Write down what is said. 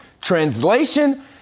Translation